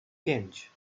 pięć